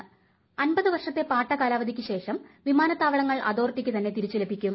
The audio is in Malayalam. ട്ര വർഷത്തെ പാട്ട കാലാവധിക്കു ശേഷം വിമാനത്താവളങ്ങൾ അതോറിട്ടിക്ക് തന്നെ തിരിച്ചു ലഭിക്കും